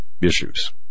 issues